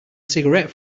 cigarette